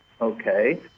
okay